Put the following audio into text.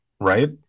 right